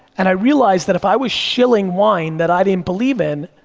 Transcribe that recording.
and i realized that if i was shilling wine that i didn't believe in,